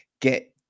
get